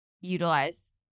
Utilize